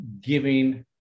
giving